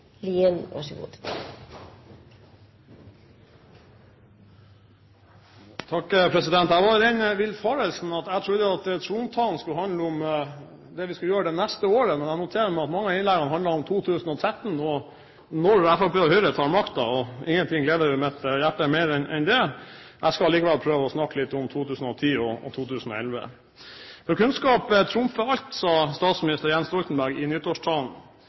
Jeg var i den villfarelsen at jeg trodde at trontalen skulle handle om det vi skulle gjøre det neste året, men jeg noterer meg at mange av innleggene handler om 2013 og om når Fremskrittspartiet og Høyre tar makten. Ingenting gleder mitt hjerte mer enn det. Jeg skal likevel prøve å snakke litt om 2010 og 2011. «Kunnskap trumfer alt», sa statsminister Jens Stoltenberg i nyttårstalen.